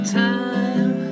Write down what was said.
time